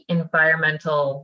environmental